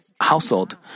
household